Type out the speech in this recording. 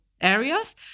areas